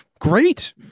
great